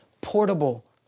portable